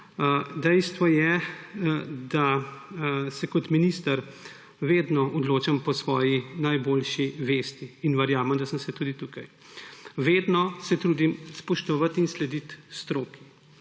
Dejstvo je, da se kot minister vedno odločam po svoji najboljši vesti, in verjamem, da sem se tudi tukaj. Vedno se trudim spoštovati in slediti stroki.